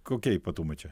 kokie ypatumai čia